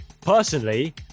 Personally